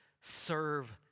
serve